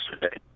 today